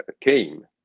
came